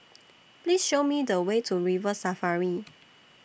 Please Show Me The Way to River Safari